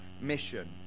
mission